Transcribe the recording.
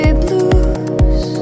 blues